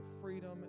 freedom